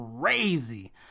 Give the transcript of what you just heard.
crazy